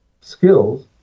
skills